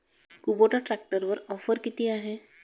Kubota ट्रॅक्टरवर offer किती आहे?